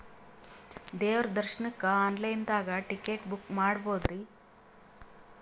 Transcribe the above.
ದೇವ್ರ ದರ್ಶನಕ್ಕ online ದಾಗ ಟಿಕೆಟ ಬುಕ್ಕ ಮಾಡ್ಬೊದ್ರಿ?